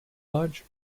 large